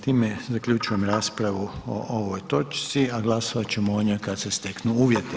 Time zaključujem raspravu o ovoj točci, a glasovat ćemo o njoj kada se steknu uvjeti.